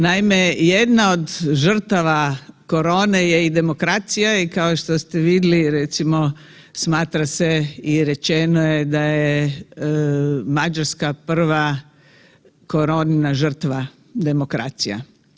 Naime, jedna od žrtava korone je i demokracija i kao što ste vidjeli recimo smatra se i rečeno da je Mađarska prva koronina žrtva demokracija.